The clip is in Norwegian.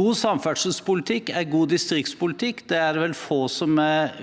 God samferdselspolitikk er god distriktspolitikk. Det er det vel få som er